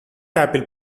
apple